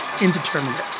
indeterminate